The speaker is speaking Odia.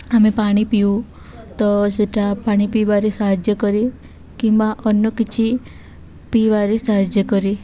ଆମେ ପାଣି ପିଉ ତ ସେଇଟା ପାଣି ପିଇବାରେ ସାହାଯ୍ୟ କରେ କିମ୍ବା ଅନ୍ୟ କିଛି ପିଇବାରେ ସାହାଯ୍ୟ କରେ